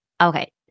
okay